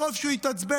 מרוב שהוא התעצבן,